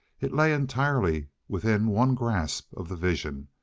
it lay entirely within one grasp of the vision,